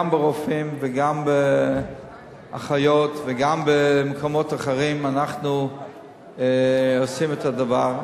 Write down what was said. גם ברופאים וגם באחיות וגם במקומות אחרים אנחנו עושים את הדבר,